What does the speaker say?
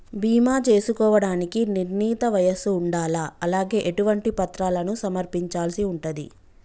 బీమా చేసుకోవడానికి నిర్ణీత వయస్సు ఉండాలా? అలాగే ఎటువంటి పత్రాలను సమర్పించాల్సి ఉంటది?